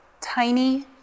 tiny